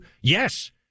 Yes